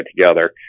together